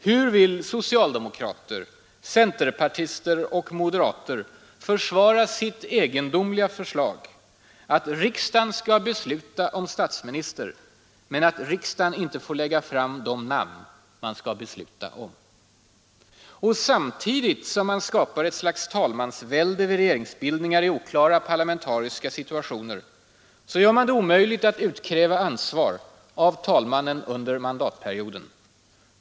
Hur vill socialdemokrater, centerpartister och moderater försvara sitt egendomliga förslag att riksdagen skall besluta om statsminister men att riksdagen inte får lägga fram de nåmn man skall besluta om? Och samtidigt som man skapar ett slags talmansvälde vid regeringsbildningar i oklara parlamentariska situationer, gör man det omöjligt att utkräva ansvar av talmannen under mandatperioden.